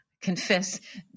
confess